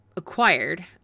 Acquired